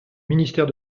ministère